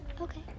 Okay